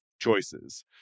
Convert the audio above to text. choices